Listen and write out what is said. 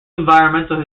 environmental